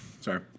Sorry